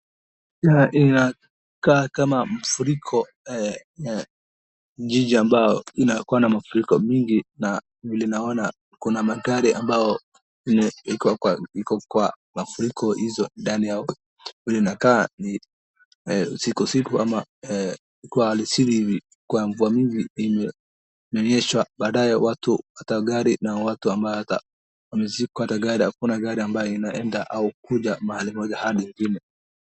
Inakaa kama mafuriko jiji ambayo inakuwa na mafuriko mingi na vile naona kuna magari ambayo iko kwa mafuriko hizo ndani. Vile inakaa ni usiku usiku ama ni alasiri ivi kwa mvua mingi imenyesha, baadaye watu hata gari na watu ambaye wamezikwa hata gari hakuna gari ambayo inaenda au kuja mahali moja hadi ingine.